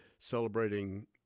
celebrating